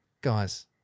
Guys